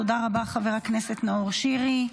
תודה רבה, חבר הכנסת נאור שירי.